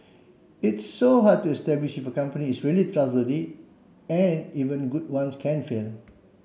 it's so hard to establish if a company is really trustworthy and even good ones can fail